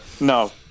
No